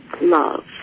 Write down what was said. love